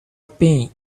pin